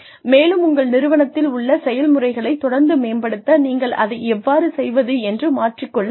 மேலும் உங்கள் நிறுவனத்தில் உள்ள செயல்முறைகளைத் தொடர்ந்து மேம்படுத்த நீங்கள் அதை எவ்வாறு செய்வது என்று மாற்றிக்கொள்ள வேண்டும்